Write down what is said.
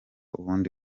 ubundi